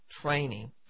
training